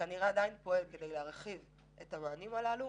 וכנראה עדיין פועל כדי להרחיב את המענים האלה,